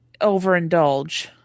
overindulge